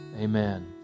Amen